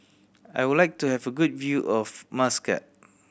I would like to have a good view of Muscat